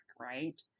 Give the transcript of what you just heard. right